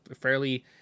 fairly